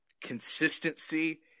Consistency